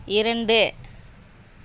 இரண்டு